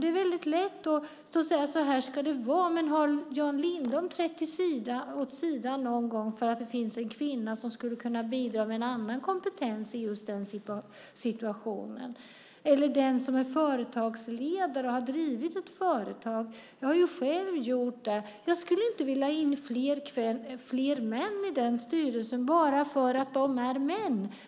Det är lätt att stå och säga att det ska vara på ett visst sätt. Men har Jan Lindholm någon gång trätt åt sidan för att det finns en kvinna som skulle kunna bidra med annan kompetens i just den situationen? Det handlar om den som är företagsledare och har drivit ett företag. Jag har själv gjort det, och jag skulle inte vilja ha in fler män i styrelsen bara för att de är män.